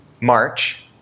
March